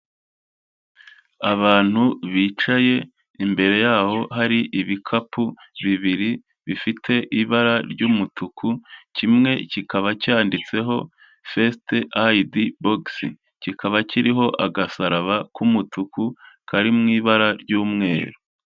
Abantu bicaye imbere yabo hari ibikapu bibiri bifite ibara ry'umutuku kimwe kikaba cyanditseho fest ide box kikaba kiriho agasaraba k'umutuku kari mu ibara ry'umweru.